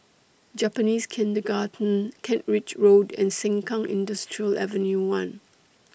Japanese Kindergarten Kent Ridge Road and Sengkang Industrial Ave one